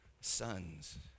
Sons